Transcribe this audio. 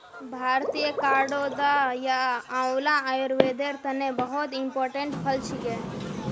भारतीय करौदा या आंवला आयुर्वेदेर तने बहुत इंपोर्टेंट फल छिके